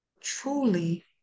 Truly